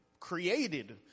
created